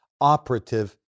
operative